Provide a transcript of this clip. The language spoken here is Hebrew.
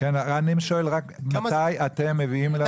שואל מתי אתם מעבירים אלינו לכנסת.